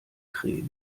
creme